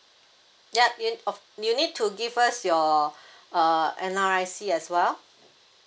yup in of~ you need to give us your uh N_R_I_C as well